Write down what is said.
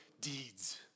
deeds